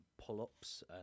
pull-ups